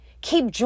keep